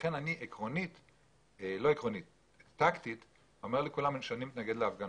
לכן אני פרקטית אומר לכולם שאני מתנגד להפגנות.